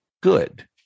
good